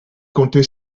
compter